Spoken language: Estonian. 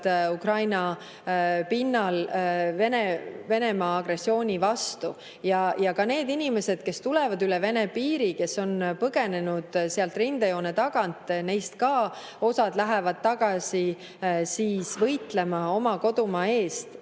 Ukraina pinnal Venemaa agressiooni vastu. Ka need inimesed, kes tulevad üle Vene piiri, kes on põgenenud rindejoone tagant, osa neist läheb tagasi võitlema oma kodumaa eest